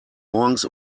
morgens